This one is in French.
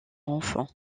enfants